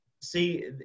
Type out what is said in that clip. see